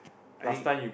I